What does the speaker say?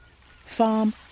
farm